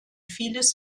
vieles